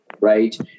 right